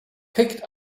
picked